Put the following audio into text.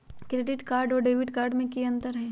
Credit card और debit card में की अंतर हई?